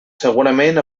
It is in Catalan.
segurament